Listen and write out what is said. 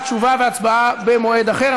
תשובה והצבעה במועד אחר.